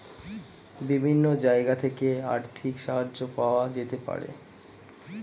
বিভিন্ন জায়গা থেকে আর্থিক সাহায্য পাওয়া যেতে পারে